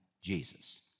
Jesus